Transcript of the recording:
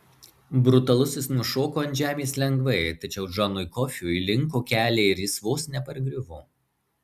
brutalusis nušoko ant žemės lengvai tačiau džonui kofiui linko keliai ir jis vos nepargriuvo